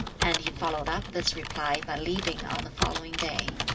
and he followed up this reply by leaving on the following day.